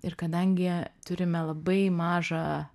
ir kadangi turime labai mažą